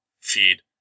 feed